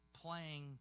playing